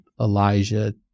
Elijah